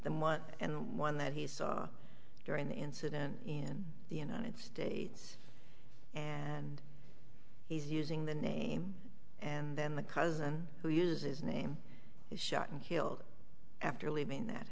the month and one that he saw during the incident in the united states and he's using the name and then the cousin who uses the name was shot and killed after leaving that